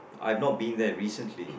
I've not been there recently